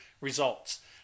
results